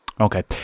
Okay